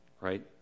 right